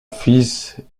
fils